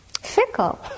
fickle